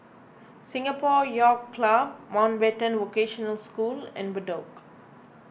Singapore Yacht Club Mountbatten Vocational School and Bedok